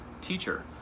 Teacher